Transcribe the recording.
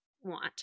want